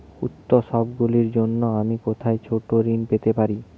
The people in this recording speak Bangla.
উত্সবগুলির জন্য আমি কোথায় ছোট ঋণ পেতে পারি?